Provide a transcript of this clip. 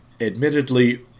admittedly